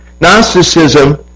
Gnosticism